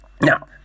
Now